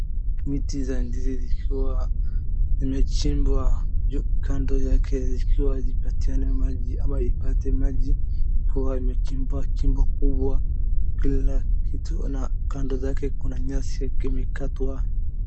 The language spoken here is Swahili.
Miti za ndizi zikiwa zimechibwa kando yake zikiwa zimepatiane maji ama ipate maji huwa imechibwachibwa kila kitu na kando zake kuna nyasi ikiwa imekatwa.